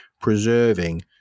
preserving